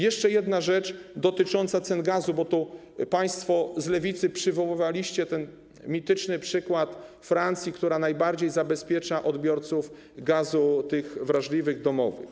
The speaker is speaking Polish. Jeszcze jedna rzecz dotycząca cen gazu, bo państwo z Lewicy przywoływaliście ten mityczny przykład Francji, która najbardziej zabezpiecza odbiorców gazu, tych wrażliwych, domowych.